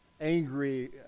angry